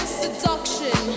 seduction